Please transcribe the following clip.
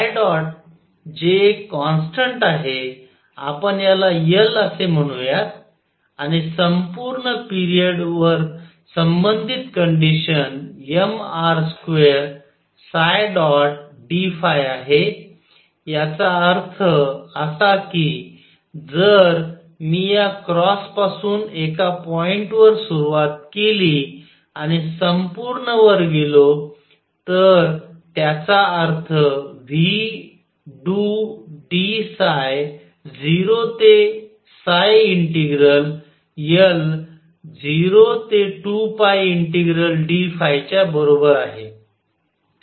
ϕ̇ जे एक कॉन्स्टन्ट आहे आपण याला L असे म्हणूयात आणि संपूर्ण पिरियड वर संबंधित कंडिशन mr2dϕ आहे याचा अर्थ असा की जर मी या क्रॉसपासून एका पॉईंट वर सुरुवात केली आणि संपूर्ण वर गेलो त्याचा अर्थ v do d 0 ते इंटिग्रल L02πdϕ च्या बरोबर आहे